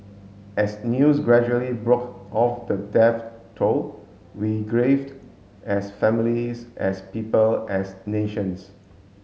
as news gradually broke of the death toll we graved as families as people as nations